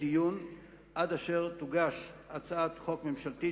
הדיון עד אשר תוגש הצעת חוק ממשלתית,